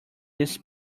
this